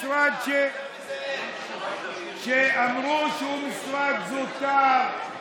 משרד שאמרו שהוא משרד זוטר,